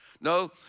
No